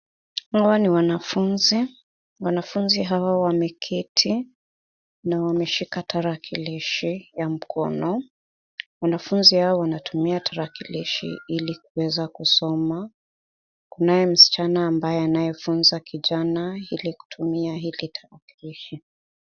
Hawa ni wanafunzi. Wanafunzi hawa wameketi na wameshika tarakilishi ya mkono. Wanafunzi hao wanatumia tarakilishi ili kuweza kusoma. Kunaye msichana ambaye anayefunza kijana ili kutumia hili tarakilishi.